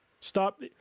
Stop